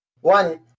one